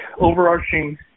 overarching